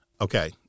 Okay